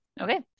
Okay